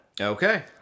Okay